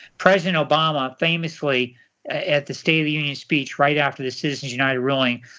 president obama, famously at the state of the union speech right after the citizens united ruling,